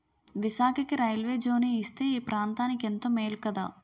విశాఖకి railway zone ఇస్తే ఈ ప్రాంతనికెంతో మేలు కదా